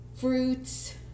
Fruits